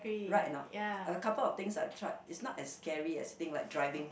right or not a couple of things I've tried is not as scary as thing like driving